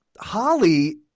Holly